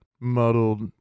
muddled